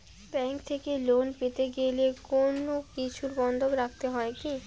Bank থেকে loan পেতে গেলে কোনো কিছু বন্ধক রাখতে হয় কি?